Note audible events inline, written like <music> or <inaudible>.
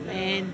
<noise>